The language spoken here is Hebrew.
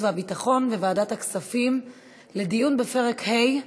והביטחון וועדת הכספים לדיון בפרק ה',